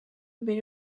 mbere